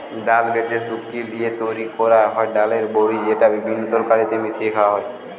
ডাল বেটে শুকি লিয়ে তৈরি কোরা হয় ডালের বড়ি যেটা বিভিন্ন তরকারিতে মিশিয়ে খায়া হয়